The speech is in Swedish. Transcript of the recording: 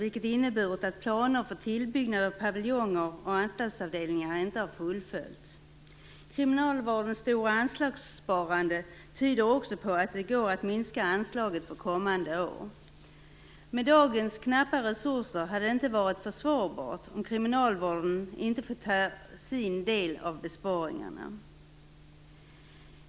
Det har inneburit att planer på tillbyggnad av paviljonger och anstaltsavdelningar inte fullföljts. Kriminalvårdens stora anslagssparande tyder också på att det går att minska anslaget för kommande år. Med dagens knappa resurser skulle det inte ha varit försvarbart om kriminalvården inte hade fått ta sin del av besparingarna.